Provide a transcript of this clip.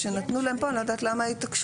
שנתנו להם פה אני לא יודעת למה ההתעקשות?